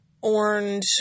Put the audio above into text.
orange